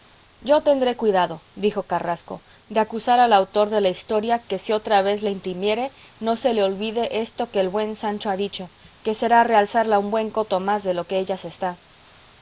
yo tendré cuidado dijo carrasco de acusar al autor de la historia que si otra vez la imprimiere no se le olvide esto que el buen sancho ha dicho que será realzarla un buen coto más de lo que ella se está